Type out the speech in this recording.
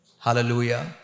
Hallelujah